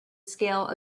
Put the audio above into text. scale